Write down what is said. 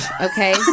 okay